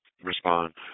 Respond